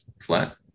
flat